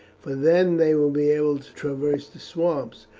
for then they will be able to traverse the swamps,